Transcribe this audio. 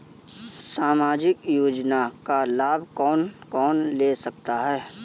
सामाजिक योजना का लाभ कौन कौन ले सकता है?